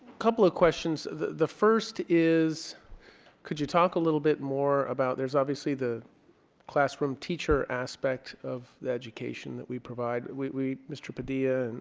couple of questions the first is could you talk a little bit more about there's obviously the classroom teacher aspect of the education that we provide we mr. padilla and